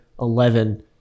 eleven